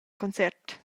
concert